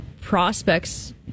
prospects